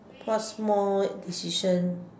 what small decision